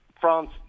France